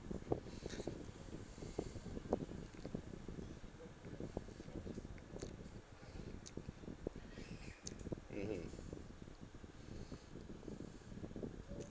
mmhmm